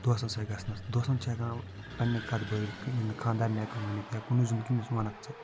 دوستَن سۭتۍ گژھنَس دوستَن چھِ ہٮ۪کان پَنٛنہِ کَتھٕ بٲوِتھ یہِ نہٕ خانٛدارنہِ ہٮ۪کَو ؤنِتھ یا کُنُے زوٚن کٔمِس وَنَکھ ژٕ